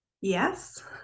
yes